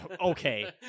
Okay